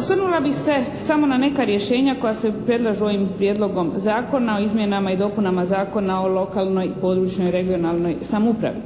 Osvrnula bih se samo na neka rješenja koja se predlažu ovim Prijedlogom zakona o izmjenama i dopunama Zakona o lokalnoj, područnoj (regionalnoj) samoupravi.